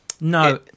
No